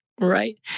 Right